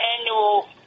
annual